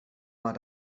war